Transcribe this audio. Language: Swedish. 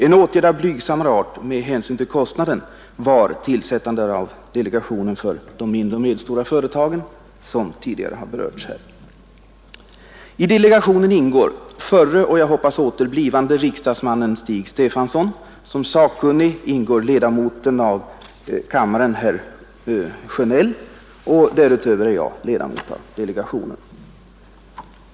En åtgärd av blygsammare art med hänsyn till kostnaderna var tillsättandet av delegationen för de mindre och medelstora företagen, som tidigare har omnämnts här. I delegationen ingår förre, och jag hoppas åter blivande riksdagsmannen Stig Stefanson; som sakkunnig ingår ledamoten av kammaren Bengt Sjönell. Därutöver är jag ledamot av delegationen.